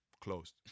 Closed